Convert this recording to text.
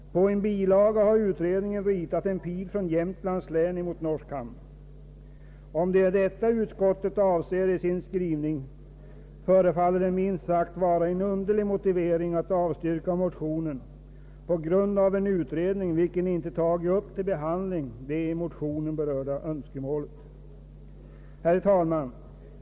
På en bilaga har utredningen ritat en pil från Jämtlands län emot norsk hamn. Om det är detta utskottet avser i sin skrivning, förefaller det minst sagt vara en underlig motivering att avstyrka motionen på grund av en utredning, vilken icke tagit upp Herr talman!